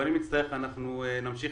אבל אם נצטרך בטוח שגם בעתיד נמשיך